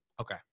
Okay